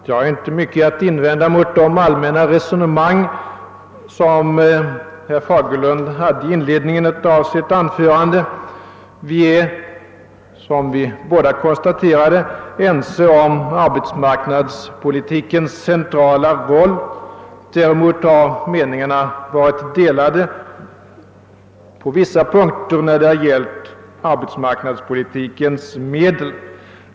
Herr talman! Jag har inte mycket att invända mot de allmänna resonemang som herr Fagerlund förde i inledningen av sitt anförande. Vi är som vi båda konstaterat ense om arbetsmarknadspolitikens centrala roll. Däremot är meningarna delade på vissa punkter när det gällt arbetsmarknadspolitikens medel.